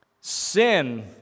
Sin